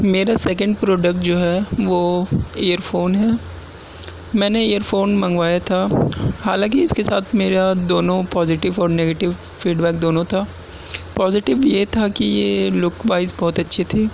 میرا second product جو ہے وہ ایئر فون ہے میں نے ایئر فون منگوایا تھا حالانکہ اس کے ساتھ میرا دونوں پوزیٹو اور نگیٹو فیڈ بیک دونوں تھا پوزیٹو یہ تھا کہ یہ لک وائز بہت اچھی تھی